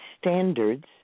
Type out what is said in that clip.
standards